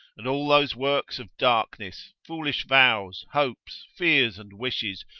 and all those works of darkness, foolish vows, hopes, fears and wishes,